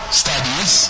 studies